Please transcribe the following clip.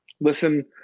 listen